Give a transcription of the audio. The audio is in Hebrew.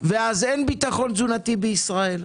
ואז אין ביטחון תזונתי בישראל.